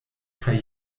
kaj